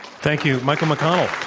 thank you, michael mcconnell.